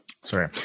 Sorry